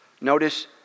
Notice